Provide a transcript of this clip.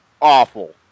awful